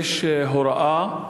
שיש הוראה,